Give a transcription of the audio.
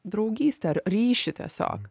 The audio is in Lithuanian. draugystę ar ryšį tiesiog